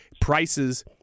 prices